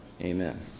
Amen